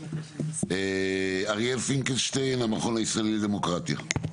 אריאל פינקלשטיין, המכון הישראלי לדמוקרטיה.